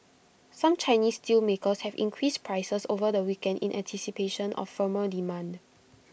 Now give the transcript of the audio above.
some Chinese steelmakers have increased prices over the weekend in anticipation of firmer demand